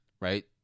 right